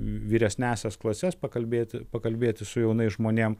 vyresniąsias klases pakalbėti pakalbėti su jaunais žmonėm